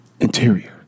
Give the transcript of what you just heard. Interior